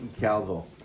Calvo